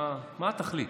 מה התכלית?